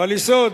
ועל יסוד